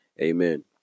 Amen